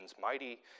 mighty